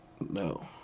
No